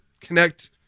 connect